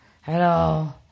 Hello